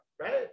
right